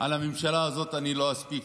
על הממשלה הזאת, ואני לא אספיק.